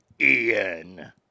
Ian